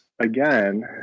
again